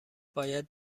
باید